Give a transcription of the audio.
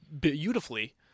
beautifully